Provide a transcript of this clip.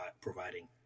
providing